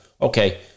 Okay